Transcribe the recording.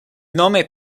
nome